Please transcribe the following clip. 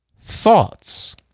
thoughts